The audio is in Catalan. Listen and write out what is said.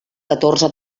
catorze